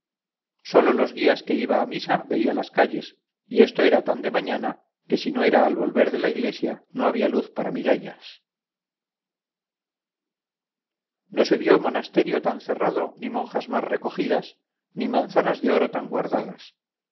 sólo los días que iba a misa veía las calles y esto era tan de mañana que si no era al volver de la iglesia no había luz para mirallas no se vio monasterio tan cerrado ni monjas más recogidas ni manzanas de oro tan guardadas